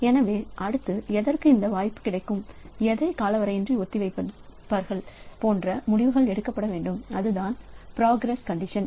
எனவே அடுத்து எதற்கு இந்த வாய்ப்பு கிடைக்கும் எதை காலவரையின்றி ஒத்தி வைப்பார்கள் போன்ற முடிவுகள் எடுக்கப்பட வேண்டும் அதுதான் புரோகிரஸ் கண்டிஷன்